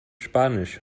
spanisch